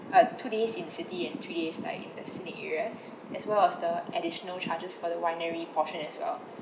uh two days in the city and three days like in the scenic areas as well as the additional charges for the winery portion as well